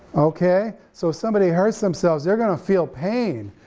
okay? so, if somebody hurts themselves, they're gonna feel pain.